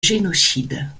génocide